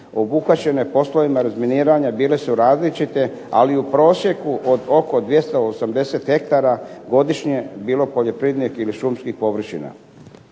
obuhvaćene poslovima razminiranja bile su različite, ali u prosjeku od oko 280 hektara godišnje bilo poljoprivrednih ili šumskih površina